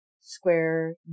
square